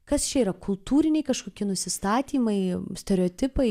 kas čia yra kultūriniai kažkokie nusistatymai stereotipai